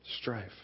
strife